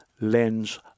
lens